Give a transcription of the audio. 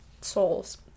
souls